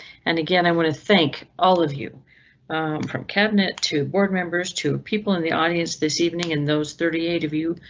and again, i and want to thank all of you from cabinet two board members to people in the audience this evening. in those thirty eight of you.